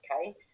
Okay